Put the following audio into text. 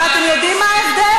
ואתם יודעים מה ההבדל?